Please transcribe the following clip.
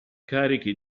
carichi